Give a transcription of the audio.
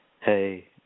Hey